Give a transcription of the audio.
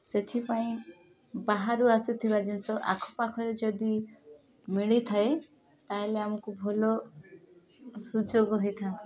ସେଥିପାଇଁ ବାହାରୁ ଆସିଥିବା ଜିନିଷ ଆଖପାଖରେ ଯଦି ମିଳିଥାଏ ତା'ହେଲେ ଆମକୁ ଭଲ ସୁଯୋଗ ହୋଇଥାନ୍ତା